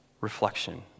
reflection